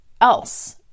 else